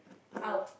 out